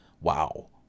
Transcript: wow